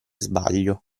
sbaglio